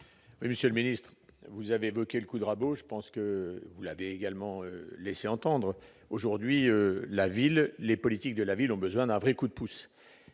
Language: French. Monsieur le ministre, vous avez évoqué le « coup de rabot ». Comme vous l'avez également laissé entendre, les politiques de la ville ont besoin d'un vrai coup de pouce.